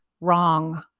wrong